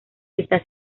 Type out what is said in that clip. está